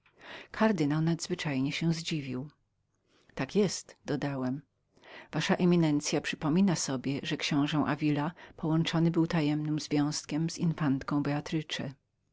kardynał nadzwyczajnie się zdziwił tak jest dodałem wasza eminencya przypomina sobie że książe davila połączony był tajemnym związkiem z infantką beatą pozostała po